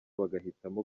bagahitamo